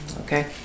Okay